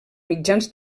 mitjans